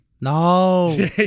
No